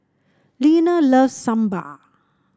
Linna loves Sambar